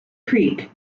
creek